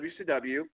WCW